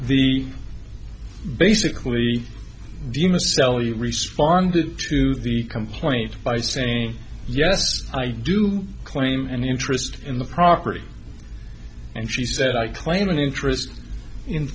the basically you must sell you responded to the complaint by saying yes i do claim an interest in the property and she said i claim an interest in